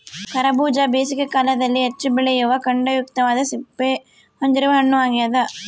ಕರಬೂಜ ಬೇಸಿಗೆ ಕಾಲದಲ್ಲಿ ಹೆಚ್ಚು ಬೆಳೆಯುವ ಖಂಡಯುಕ್ತವಾದ ಸಿಪ್ಪೆ ಹೊಂದಿರುವ ಹಣ್ಣು ಆಗ್ಯದ